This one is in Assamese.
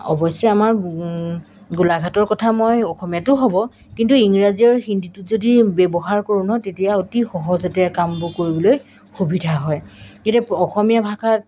অৱশ্যে আমাৰ গোলাঘাটৰ কথা মই অসমীয়াটো হ'ব কিন্তু ইংৰাজী আৰু হিন্দীটোত যদি ব্যৱহাৰ কৰোঁ নহয় তেতিয়া অতি সহজতে কামবোৰ কৰিবলৈ সুবিধা হয় এতিয়া অসমীয়া ভাষাত